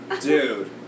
Dude